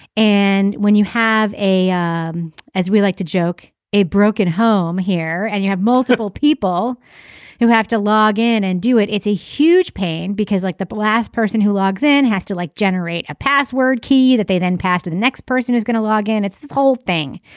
and when you have a um as we like to joke a broken home here and you have multiple people who have to log in and do it it's a huge pain because like the but last person who logs in has to like generate a password key that they then pass to the next person who's going to log in. it's this whole thing.